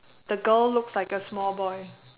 the girl looks like a small boy